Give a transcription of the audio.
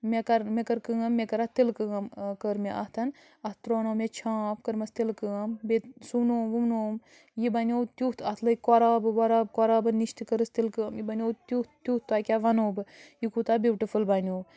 مےٚ کَر مےٚ کٔر کٲم مےٚ کٔر اَتھ تِلہٕ کٲم کٔر مےٚ اَتھ اَتھ ترٛونو مےٚ چھانٛپ کٔرمَس تِلہٕ کٲم بیٚیہِ سُونووُم وُونووُم یہِ بنیو تیُتھ اَتھ لٔگۍ کۄرابہٕ وۄراب کۄرابَن نِش تہِ کٔرٕس تِلہٕ کٲم یہِ بنیو تیُتھ تیُتھ تۄہہِ کیٛاہ وَنو بہٕ یہِ کوٗتاہ بیوٗٹِفُل بنیو